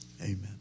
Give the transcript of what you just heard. Amen